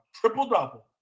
triple-double